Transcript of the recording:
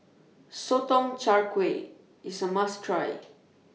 Sotong Char Kway IS A must Try